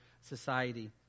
society